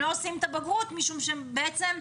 הם לא עושים את הבגרות משום שהם בעצם,